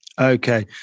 Okay